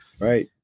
right